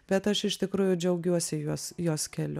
bet aš iš tikrųjų džiaugiuosi juos jos keliu